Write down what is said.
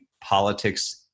politics